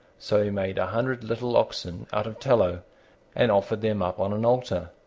so he made a hundred little oxen out of tallow and offered them up on an altar,